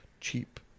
cheap